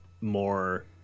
more